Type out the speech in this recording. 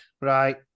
Right